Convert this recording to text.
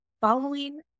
following